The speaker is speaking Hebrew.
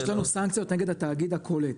יש לנו סנקציות נגד התאגיד הקולט.